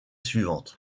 suivante